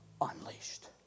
unleashed